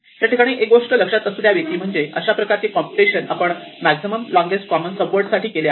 या ठिकाणी एक गोष्ट लक्षात असू द्यावी ती म्हणजे अशा प्रकारचे कॉम्प्युटेशन आपण मॅक्झिमम लोंगेस्ट कॉमन वर्ड साठी केले आहे